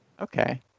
Okay